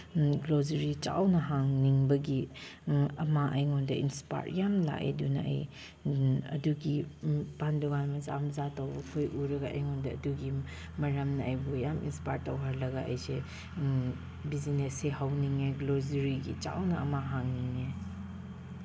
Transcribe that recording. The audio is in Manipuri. ꯒ꯭ꯔꯣꯁꯔꯤ ꯆꯥꯎꯅ ꯍꯥꯡꯅꯤꯡꯕꯒꯤ ꯑꯃ ꯑꯩꯉꯣꯟꯗ ꯏꯟꯁꯄꯥꯌꯔ ꯌꯥꯝ ꯂꯥꯛꯑꯦ ꯑꯗꯨꯅ ꯑꯩ ꯑꯗꯨꯒꯤ ꯄꯥꯟ ꯗꯨꯀꯥꯟ ꯃꯆꯥ ꯃꯆꯥ ꯇꯧꯕꯈꯣꯏ ꯎꯔꯒ ꯑꯩꯉꯣꯟꯗ ꯑꯗꯨꯒꯤ ꯃꯔꯝꯅ ꯑꯩꯕꯨ ꯌꯥꯝ ꯏꯟꯁꯄꯥꯌꯔ ꯇꯧꯍꯜꯂꯒ ꯑꯩꯁꯦ ꯕꯤꯖꯤꯅꯦꯁꯁꯤ ꯍꯧꯅꯤꯡꯉꯦ ꯒ꯭ꯔꯣꯁꯔꯤꯒꯤ ꯆꯥꯎꯅ ꯑꯃ ꯍꯥꯡꯅꯤꯡꯉꯦ